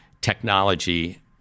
technology